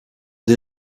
des